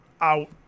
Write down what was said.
out